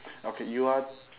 okay you are